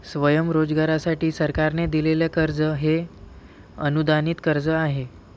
स्वयंरोजगारासाठी सरकारने दिलेले कर्ज हे अनुदानित कर्ज आहे